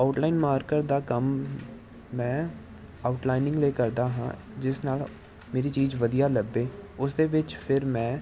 outline marker ਦਾ ਕੰਮ ਮੈਂ ਆਊਟਲਾਈਨਿੰਗ ਲਈ ਕਰਦਾ ਹਾਂ ਜਿਸ ਨਾਲ ਮੇਰੀ ਚੀਜ਼ ਵਧੀਆ ਲੱਭੇ ਉਸ ਦੇ ਵਿੱਚ ਫਿਰ ਮੈਂ